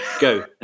go